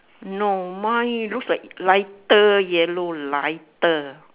no mine looks like lighter yellow lighter